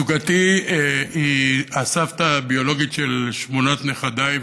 זוגתי היא הסבתא הביולוגית של שמונת נכדיי,